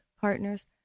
partners